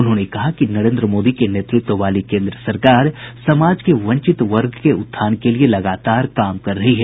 उन्होंने कहा कि नरेन्द्र मोदी के नेतृत्व वाली केन्द्र सरकार समाज के वंचित वर्ग के उत्थान के लिये लगातार काम कर रही है